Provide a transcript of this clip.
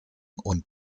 und